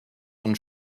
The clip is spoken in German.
und